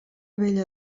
vella